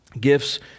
gifts